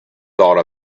thought